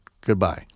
Goodbye